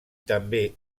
també